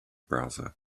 browser